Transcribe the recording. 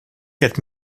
get